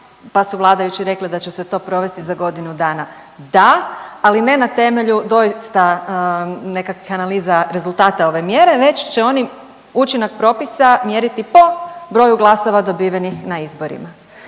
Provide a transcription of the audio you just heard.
pa su vladajući rekli da će se to provesti za godinu dana, da, ali ne na temelju doista nekakvih analiza rezultata ove mjere već će oni učinak propisa mjeriti po broju glasova dobivenih na izboru